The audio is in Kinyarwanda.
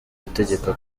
ategeka